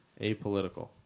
apolitical